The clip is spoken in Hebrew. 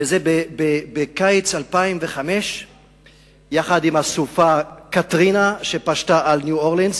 וזה היה בקיץ 2005 יחד עם הסופה "קתרינה" שפשטה על ניו-אורליאנס.